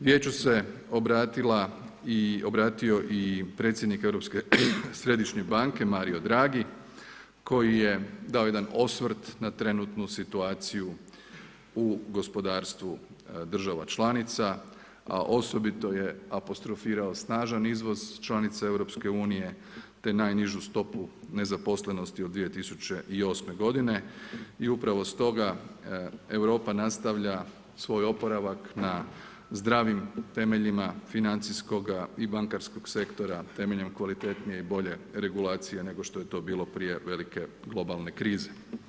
Vijeću se obratio i predsjednik Europske središnje banke Mario Dragi koji je dao jedan osvrt na trenutnu situaciju u gospodarstvu država članica, a osobito je apostrofirao snažan izvoz članica EU te najnižu stopu nezaposlenosti od 2008. godine i upravo stoga Europa nastavlja svoj oporavak na zdravim temeljima financijskoga i bankarskog sektora temeljem kvalitetnije i bolje regulacije nego što je to bilo prije velike globalne krize.